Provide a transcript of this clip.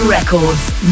Records